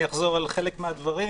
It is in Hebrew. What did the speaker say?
אני אחזור על חלק מהדברים,